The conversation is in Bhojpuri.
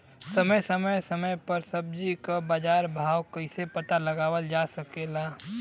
समय समय समय पर सब्जी क बाजार भाव कइसे पता लगावल जा सकेला?